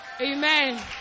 Amen